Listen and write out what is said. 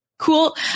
Cool